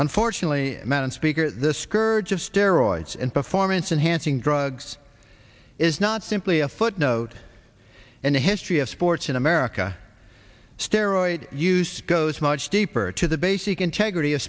unfortunately a mountain speaker the scourge of steroids and performance enhancing drugs is not simply a footnote in the history of sports in america steroids use goes much deeper to the basic integrity of